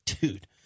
dude